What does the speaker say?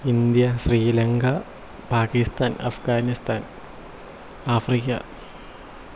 India Sri Lanka Pakistan Afghanistan Africa